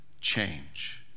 change